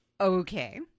okay